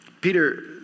Peter